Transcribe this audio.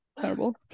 Terrible